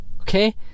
okay